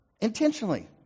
intentionally